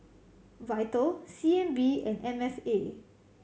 Vital C N B and M F A